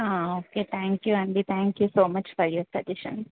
okay thank you అండి thank you so much for your suggestion